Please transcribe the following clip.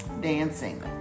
dancing